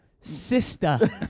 sister